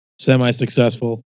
semi-successful